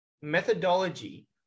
methodology